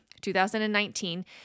2019